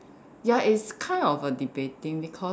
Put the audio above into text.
ya it's kind of a debating because